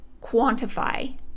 quantify